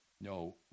No